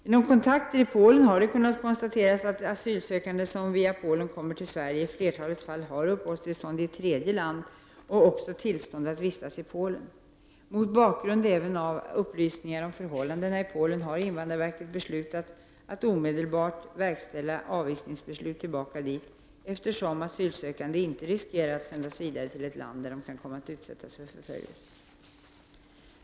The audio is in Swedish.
Genom kontakter i Polen har det kunnat konstateras att asylsökande som via Polen kommer till Sverige i flertalet fall har uppehållstillstånd i ett tredje land och också tillstånd att vistas i Polen. Mot bakgrund även av upplysningar om förhållandena i Polen har invandrarverket beslutat att omedelbart verkställa avvisningsbeslut för återsändande till Polen, eftersom asylsökande inte riskerar att sändas vidare till ett land där de kan komma att utsättas för förföljelse.